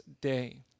day